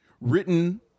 written